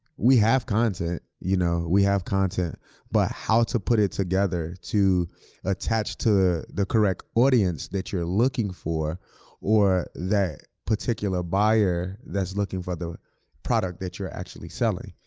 we have content. you know we have content but how to put it together to attach to the correct audience that you're looking for or that particular buyer that's looking for the product that you're actually selling,